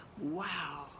Wow